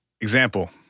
Example